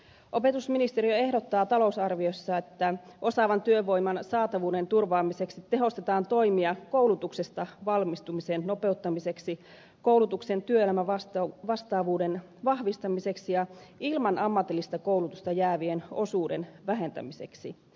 opetusministeriö ehdottaa talousarviossa että osaavan työvoiman saatavuuden turvaamiseksi tehostetaan toimia koulutuksesta valmistumisen nopeuttamiseksi koulutuksen työelämävastaavuuden vahvistamiseksi ja ilman ammatillista koulutusta jäävien osuuden vähentämiseksi